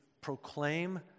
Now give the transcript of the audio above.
proclaim